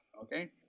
okay